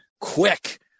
quick